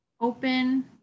open